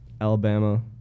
Alabama